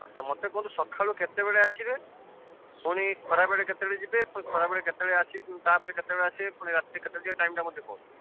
ଆଚ୍ଛା ମୋତେ କୁହନ୍ତୁ ସକାଳୁ କେତେବେଳେ ଆସିବେ ପୁଣି ଖରାବେଳେ କେତେବେଳେ ଯିବେ ପୁଣି ଖରାବେଳେ କେତେବେଳେ ଆସିକି ତା'ପରେ କେତେବେଳେ ଆସିବେ ପୁଣି ରାତିରେ କେତେବେଳେ ଯିବେ ଟାଇମ୍ଟା ମୋତେ କୁହନ୍ତୁ